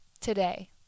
today